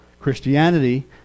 Christianity